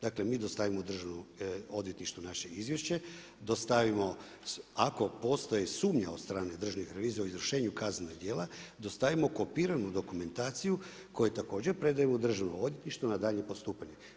Dakle, mi dostavimo Državnom odvjetništvu naše izvješće, dostavimo, ako postoji sumnja od strane državnih revizora izvršenja kaznenih dijela, dostavimo kopiranu dokumentaciju, koju također predajemo Državnom odvjetništvu na danje postupanje.